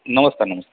नमस्कार नमस्कार बोला